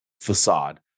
facade